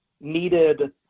needed